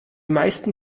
meisten